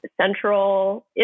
central